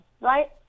right